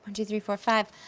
one, two, three, four, five,